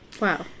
Wow